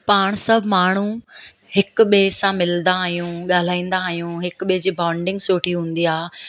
पाण सभु माण्हू हिक ॿिए सां मिलंदा आहियूं ॻाल्हाईंदा आहियूं हिक ॿिए जी बॉडिंग सुठी हूंदी आहे